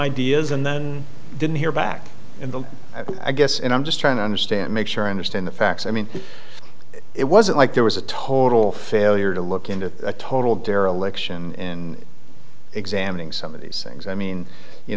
ideas and then didn't hear back in the i guess and i'm just trying to understand make sure i understand the facts i mean it wasn't like there was a total failure to look into a total dereliction in examining some of these things i mean you